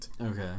Okay